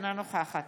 אינה נוכחת